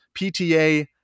PTA